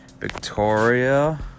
Victoria